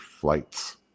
flights